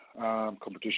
competition